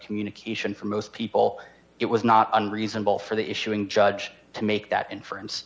communication for most people it was not unreasonable for the issuing judge to make that inference